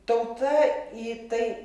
tauta į tai